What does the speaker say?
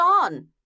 on